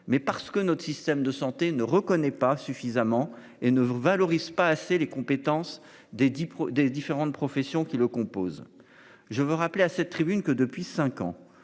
mais parce que notre système de santé ne reconnaît pas suffisamment et ne valorise pas assez les compétences des pro des différentes professions qui le composent. Je veux rappeler à cette tribune que depuis 5 ans.